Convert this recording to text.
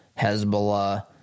Hezbollah